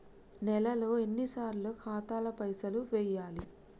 నెలలో ఎన్నిసార్లు ఖాతాల పైసలు వెయ్యాలి?